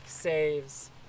saves